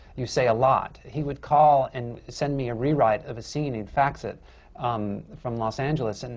you say a lot. he would call and send me a rewrite of a scene, he'd fax it from los angeles. and